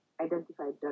identified